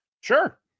Sure